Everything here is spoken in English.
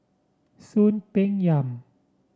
Soon Peng Yam